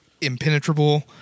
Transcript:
impenetrable